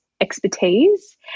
expertise